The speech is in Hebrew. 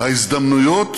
"ההזדמנויות